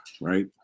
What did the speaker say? right